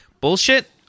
bullshit